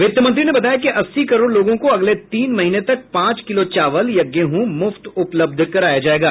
वित्तमंत्री ने बताया कि अस्सी करोड़ लोगों को अगले तीन महीने तक पांच किलो चावल या गेहूं मुफ्त उपलब्ध कराया जाएगा